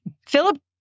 Philip